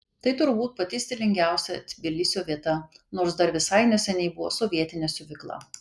tai turbūt pati stilingiausia tbilisio vieta nors dar visai neseniai buvo sovietinė siuvykla